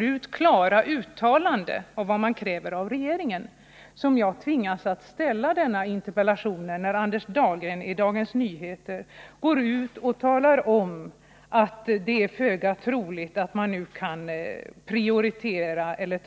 helt klara uttalanden om vad man kräver av regeringen som jag tvingats att framföra den här interpellationen när Anders Dahlgren säger i Dagens Nyheter att det är föga troligt att regeringen nu kan prioritera miljöfrågorna.